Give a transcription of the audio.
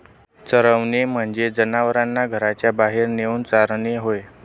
चरवणे म्हणजे जनावरांना घराच्या बाहेर नेऊन चारणे होय